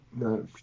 No